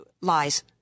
lies